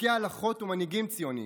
פוסקי הלכות ומנהיגים ציוניים.